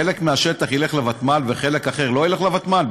חלק מהשטח ילך לוותמ"ל וחלק אחר לא ילך לוותמ"ל,